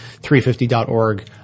350.org